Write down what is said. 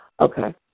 Okay